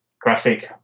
graphic